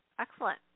Excellent